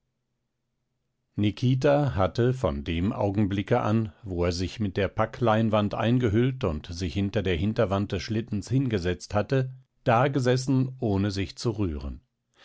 nikita hatte von dem augenblicke an wo er sich mit der packleinwand eingehüllt und sich hinter der hinterwand des schlittens hingesetzt hatte dagesessen ohne sich zu rühren